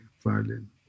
violin